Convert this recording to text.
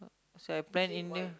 so I plan India